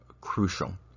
crucial